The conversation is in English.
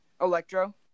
Electro